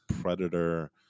predator